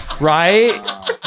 right